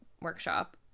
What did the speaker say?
workshop